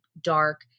dark